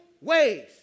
ways